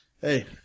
hey